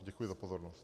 Děkuji za pozornost.